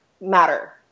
matter